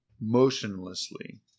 motionlessly